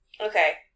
Okay